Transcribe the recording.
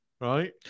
right